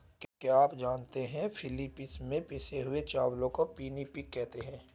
क्या आप जानते हैं कि फिलीपींस में पिटे हुए चावल को पिनिपिग कहते हैं